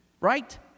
right